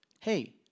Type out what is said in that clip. Hey